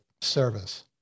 service